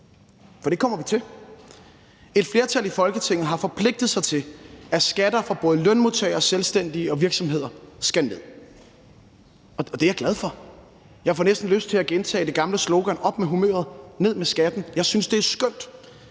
For det kommer vi til. Et flertal i Folketinget har forpligtet sig til, at skatter for både lønmodtagere, selvstændige og virksomheder skal ned, og det er jeg glad for. Jeg får næsten lyst til at gentage det gamle slogan »Ned med skatten – op med humøret«. Jeg synes, det er skønt,